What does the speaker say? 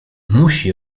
musi